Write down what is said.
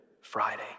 Friday